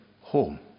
home